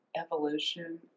evolution